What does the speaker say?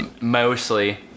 mostly